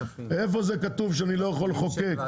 איפה זה כתוב שאני לא יכול לחוקק?